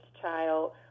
child